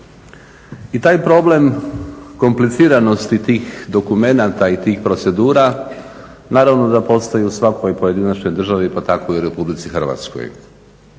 I taj problem kompliciranosti tih dokumenata i tih procedura naravno da postoji u svakoj pojedinačnoj državi, pa tako i u Republici Hrvatskoj.